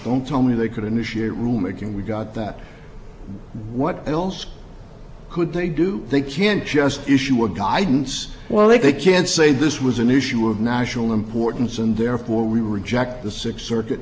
don't tell me they could initiate rulemaking we've got that what else could they do they can't just issue a guidance well they can say this was an issue of national importance and therefore we reject the sixth circuit